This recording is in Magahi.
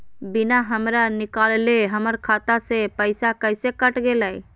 बिना हमरा निकालले, हमर खाता से पैसा कैसे कट गेलई?